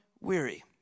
weary